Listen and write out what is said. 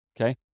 Okay